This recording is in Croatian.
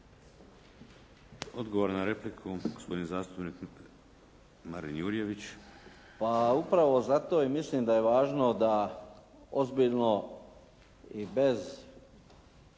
Odgovor na repliku, gospodin zastupnik Marin Jurjević. **Jurjević, Marin (SDP)** Pa upravo zato i mislim da je važno da ozbiljno i bez,